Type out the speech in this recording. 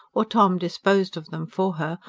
or tom disposed of them for her,